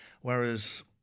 Whereas